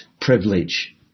privilege